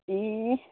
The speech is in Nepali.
ए